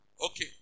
Okay